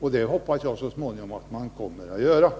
och det hoppas jag att man så småningom kommer att göra.